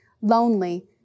lonely